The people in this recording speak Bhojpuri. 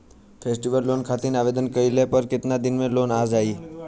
फेस्टीवल लोन खातिर आवेदन कईला पर केतना दिन मे लोन आ जाई?